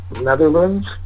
Netherlands